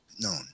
known